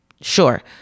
sure